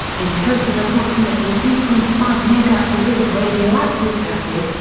in total approximately two point five megacuries of radioactive gases,